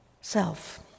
self